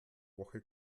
woche